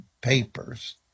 papers